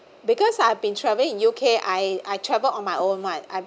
because I've been traveling in U_K I I travel on my own one I